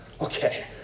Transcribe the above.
okay